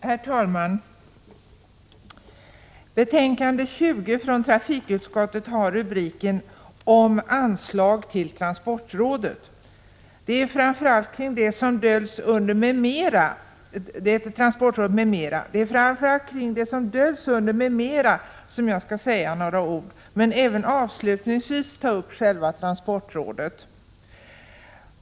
Herr talman! Betänkande 20 från trafikutskottet har rubriken ”Anslag till Transportrådet, m.m.”. Det är framför allt kring det som döljs under ”m.m.” som jag skall säga några ord, men avslutningsvis ämnar jag ta upp även själva transportrådet.